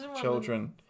children